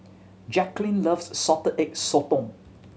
Jaclyn loves Salted Egg Sotong